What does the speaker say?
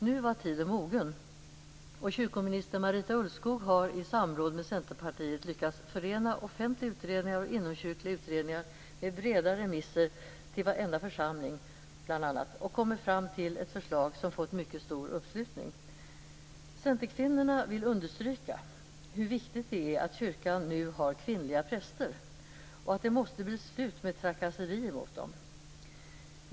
Nu var tiden mogen, och kyrkominister Marita Ulvskog har i samråd med Centerpartiet lyckats förena offentliga utredningar och inomkyrkliga utredningar med breda remisser bl.a. till varenda församling och kommit fram till ett förslag som fått mycket stor uppslutning. Centerkvinnorna vill understryka hur viktigt det är att kyrkan nu har kvinnliga präster och att det måste bli slut med trakasserier mot dem.